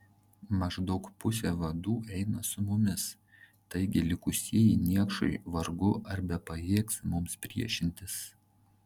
maždaug pusė vadų eina su mumis taigi likusieji niekšai vargu ar bepajėgs mums priešintis